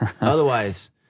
Otherwise